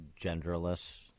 genderless